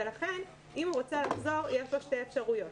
לכן אם מישהו רוצה לחזור יהיו פה שתי אפשרויות.